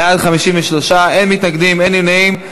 בעד, 53, אין מתנגדים, אין נמנעים.